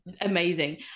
amazing